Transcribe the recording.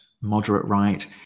moderate-right